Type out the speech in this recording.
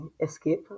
escape